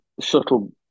subtle